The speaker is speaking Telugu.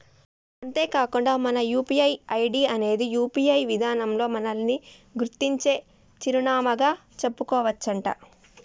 అంతేకాకుండా మన యూ.పీ.ఐ ఐడి అనేది యూ.పీ.ఐ విధానంలో మనల్ని గుర్తించే చిరునామాగా చెప్పుకోవచ్చునంట